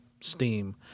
Steam